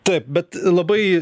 taip bet labai